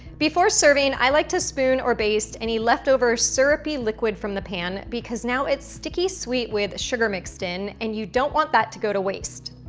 before serving, i like to spoon or baste any leftover syrupy liquid from the pan, because now it's sticky sweet with sugar mixed in, and you don't want that to go to waste.